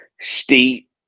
steep